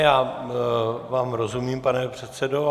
Já vám rozumím, pane předsedo.